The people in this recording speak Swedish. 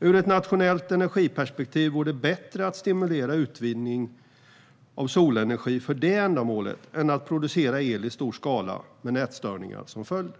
Ur ett nationellt energiperspektiv vore det bättre att stimulera utvinning av solenergi för detta ändamål än att producera el i stor skala med nätstörningar som följd.